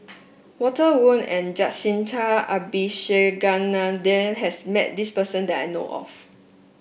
Walter Woon and Jacintha Abisheganaden has met this person that I know of